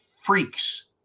freaks